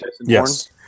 Yes